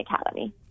Academy